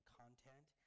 content